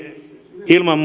ilman